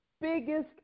biggest